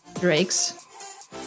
Drakes